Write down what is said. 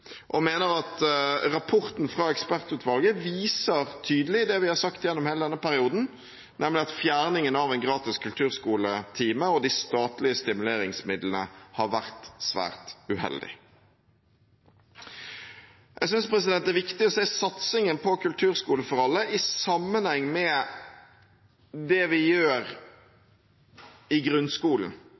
og mener at rapporten fra ekspertutvalget viser tydelig det vi har sagt gjennom hele denne perioden, nemlig at fjerningen av en gratis kulturskoletime og de statlige stimuleringsmidlene har vært svært uheldig. Jeg synes det er viktig å se satsingen på kulturskole for alle i sammenheng med det vi gjør i grunnskolen